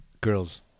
girls